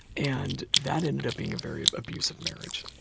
and that ended up being a very abusive marriage